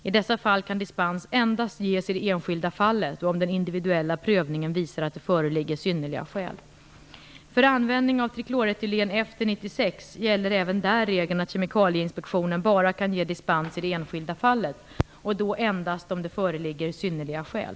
I dessa fall kan dispens endaste ges i det enskilda fallet och om den individuella prövningen visar att det föreligger synnerliga skäl. För användning av trikloretylen efter 1996 gäller även där regeln att kemikalieinspektionen bara kan ge dispens i det enskilda fallet och då endast om det föreligger synnerliga skäl.